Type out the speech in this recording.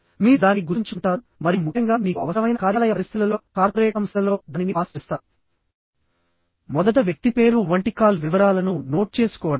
మీరు దానిని గుర్తుంచుకుంటారు మరియు ముఖ్యంగా మీకు అవసరమైన కార్యాలయ పరిస్థితులలో కార్పొరేట్ సంస్థలలో దానిని పాస్ చేస్తారు మొదట వ్యక్తి పేరు వంటి కాల్ వివరాలను నోట్ చేసుకోవడం